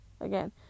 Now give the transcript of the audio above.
Again